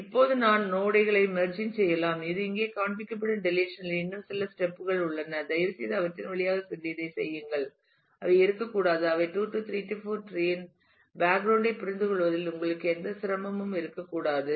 இப்போது நான் நோட் களை மெர்ஜிங் செய்யலாம் இது இங்கே காண்பிக்கப்படும் டெலிசன் இல் இன்னும் சில ஸ்டெப் கள் உள்ளன தயவுசெய்து அவற்றின் வழியாகச் சென்று இதைச் செய்யுங்கள் அவை இருக்கக்கூடாது அவை 2 3 4 டிரீஇன் பேக்ரவுண்ட் ஐ புரிந்துகொள்வதில் உங்களுக்கு எந்த சிரமமும் இருக்கக்கூடாது